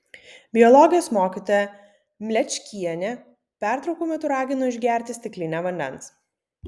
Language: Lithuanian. biologijos mokytoja mlečkienė pertraukų metu ragino išgerti stiklinę vandens